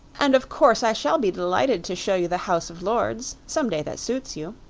and of course i shall be delighted to show you the house of lords some day that suits you.